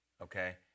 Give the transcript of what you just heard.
Okay